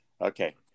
okay